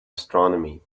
astronomy